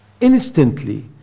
instantly